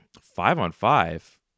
five-on-five